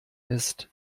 ist